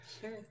sure